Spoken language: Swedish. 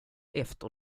efter